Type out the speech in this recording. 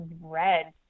red